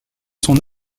son